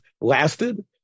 lasted